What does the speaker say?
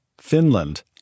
Finland